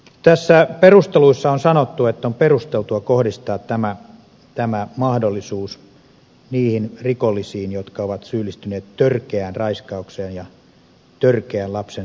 näissä perusteluissa on sanottu että on perusteltua kohdistaa tämä mahdollisuus niihin rikollisiin jotka ovat syyllistyneet törkeään raiskaukseen ja törkeään lapsen seksuaaliseen hyväksikäyttöön